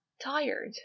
tired